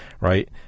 right